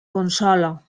consola